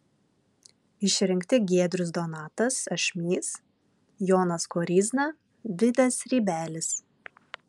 išrinkti giedrius donatas ašmys jonas koryzna vidas rybelis